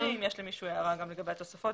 אם יש למישהו הערה לגבי התוספות,